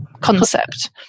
concept